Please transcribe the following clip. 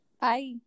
bye